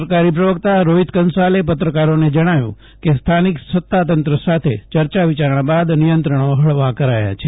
સરકારી પ્રવક્તા રોહીત કંસાલે પત્રકારોને જણાવ્યું કે સ્થાનિક સત્તાતંત્ર સાથે ચર્ચા વિચારણા બાદ નિયંત્રણો હળવા કરાયા છે